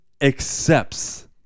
accepts